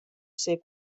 ser